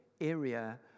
area